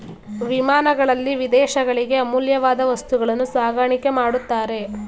ವಿಮಾನಗಳಲ್ಲಿ ವಿದೇಶಗಳಿಗೆ ಅಮೂಲ್ಯವಾದ ವಸ್ತುಗಳನ್ನು ಸಾಗಾಣಿಕೆ ಮಾಡುತ್ತಾರೆ